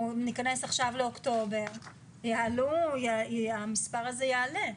אנחנו ניכנס עכשיו לאוקטובר והמספר הזה יעלה.